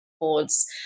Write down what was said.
boards